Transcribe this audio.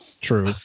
true